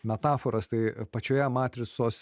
metaforas tai pačioje matricos